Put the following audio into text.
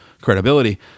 credibility